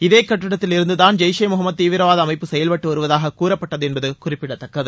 இதே கட்டிடத்தில் இருந்துதூன் ஜெப்ஷ் ஏ முகமது தீவிரவாத அமைப்பு செயல்பட்டு வருவதாக கூறப்பட்டது என்பது குறிப்பிடத்தக்கது